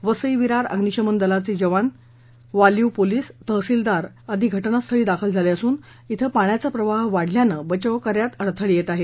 वसई विरार अभ्निशमन दलाचे जवान वालीव पोलीस तहसीलदार आदी घटनास्थळी दाखल झाले असून इथं पाण्याचा प्रवाह वाढल्यानं बचाव कार्यात अडथळे येत आहेत